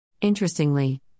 Interestingly